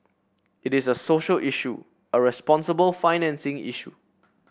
it is a social issue a responsible financing issue